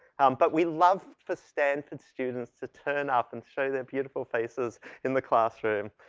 but we love for stanford students to turn up and show their beautiful faces in the classroom.